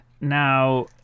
Now